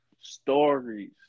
stories